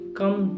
come